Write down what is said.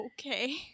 Okay